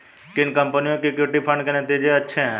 किन कंपनियों के इक्विटी फंड के नतीजे अच्छे हैं?